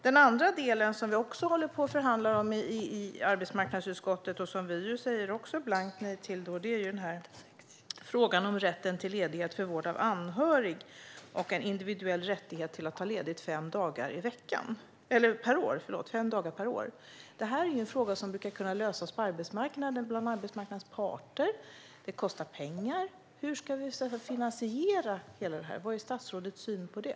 Den andra frågan gällde något som vi också håller på och förhandlar om i arbetsmarknadsutskottet och som vi också säger blankt nej till, nämligen rätten till ledighet för vård av anhörig - en individuell rättighet att ta ledigt fem dagar per år. Det här är en fråga som brukar kunna lösas av arbetsmarknadens parter. Det kostar också pengar. Hur ska vi finansiera hela det här? Vilken är statsrådets syn på det?